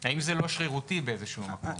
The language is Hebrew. האם זה לא שרירותי, באיזה שהוא מקום?